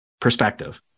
perspective